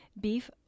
beef